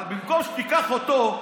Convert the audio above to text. אבל במקום שתיקח אותו,